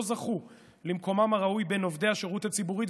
זכו למקומם הראוי בין עובדי השירות הציבורי.